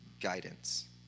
guidance